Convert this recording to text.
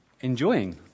enjoying